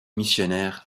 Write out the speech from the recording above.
missionnaires